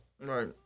Right